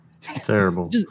terrible